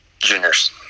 Juniors